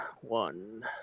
One